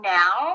now